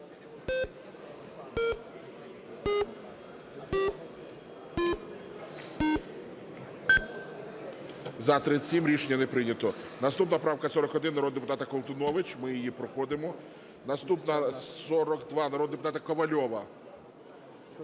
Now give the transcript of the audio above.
За-37 Рішення не прийнято. Наступна правка 41, народного депутата Колтунович, ми її проходимо. Наступна - 42, народного депутата Ковальова.